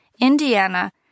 Indiana